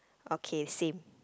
okay same